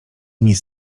nic